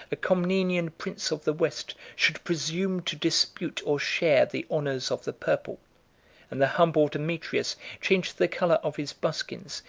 a comnenian prince of the west, should presume to dispute or share the honors of the purple and the humble demetrius changed the color of his buskins,